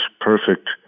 perfect